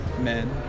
men